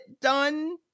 done